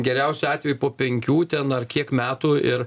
geriausiu atveju po penkių ten ar kiek metų ir